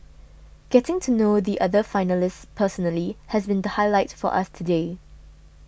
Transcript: getting to know the other finalists personally has been the highlight for us today